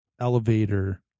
elevator